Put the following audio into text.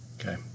Okay